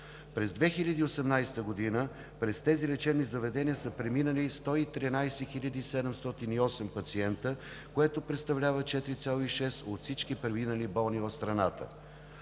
През 2018 г. през тези лечебни заведения са преминали 113 хиляди 708 пациенти, което представлява 4,6% от всички преминали болни в страната.